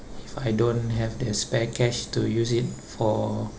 if I don't have the spare cash to use it for